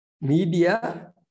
media